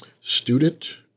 Student